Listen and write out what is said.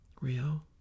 real